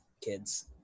kids